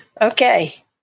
Okay